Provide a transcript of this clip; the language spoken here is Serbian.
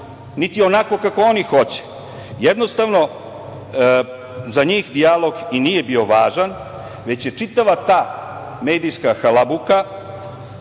niti onako kako oni hoće. Jednostavno, za njih dijalog i nije bio važan, već je čitava ta medijska halabuka